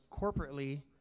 corporately